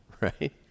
right